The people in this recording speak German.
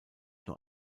nur